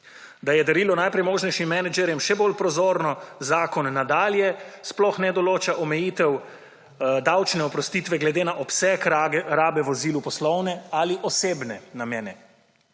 Da ja darilo najpremožnejšim menedžerjem še bolj prozorno, zakon nadalje sploh ne določa omejitev davčne oprostitve glede na obseg rabe vozil v poslovne ali osebne namene.